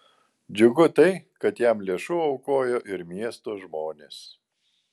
džiugu tai kad jam lėšų aukojo ir miesto žmonės